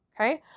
Okay